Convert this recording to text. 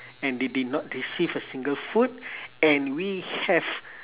and they did not receive a single food and we have